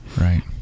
Right